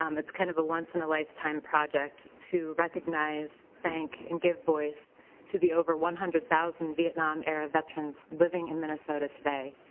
um it's kind of once-in-a-lifetime project to recognize thank and give voice to the over one hundred zero vietnam era veterans living in minnesota today.